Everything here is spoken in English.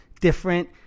different